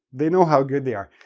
they know how good they are.